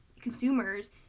consumers